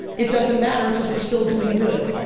it doesn't matter because we're still doing good.